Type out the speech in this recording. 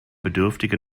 bedürftige